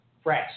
Fresh